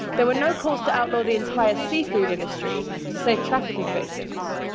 there were no calls to outlaw the entire seafood industry to save trafficking victims.